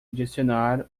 adicionar